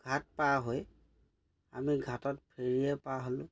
ঘাট পাৰ হৈ আমি ঘাটত ফেৰিয়ে পাৰ হ'লোঁ